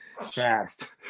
fast